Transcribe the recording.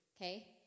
Okay